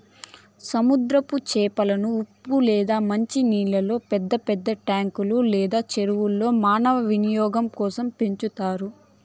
సముద్రపు చేపలను ఉప్పు లేదా మంచి నీళ్ళల్లో పెద్ద పెద్ద ట్యాంకులు లేదా చెరువుల్లో మానవ వినియోగం కోసం పెంచుతారు